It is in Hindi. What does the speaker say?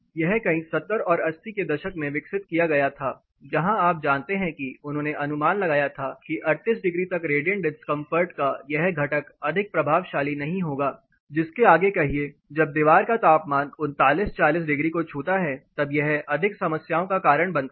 यह कहीं 70 और 80 के दशक में विकसित किया गया था जहां आप जानते हैं कि उन्होंने अनुमान लगाया था कि 38 डिग्री तक रेडिएंट डिस्कंफर्ट का यह घटक अधिक प्रभावशाली नहीं होगा जिसके आगे कहिए जब दीवार का तापमान 39 40 डिग्री को छूता है तब यह अधिक समस्याओं का कारण बनता है